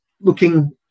looking